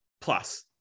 plus